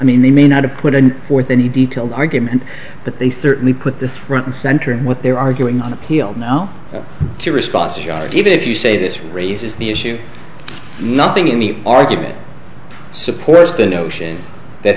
mean they may not have put in for the new detail argument but they certainly put this front and center in what they're arguing on appeal now to response you even if you say this raises the issue nothing in the argument supports the notion that